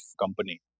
company